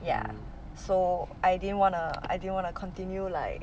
ya so I didn't wanna I didn't wanna continue like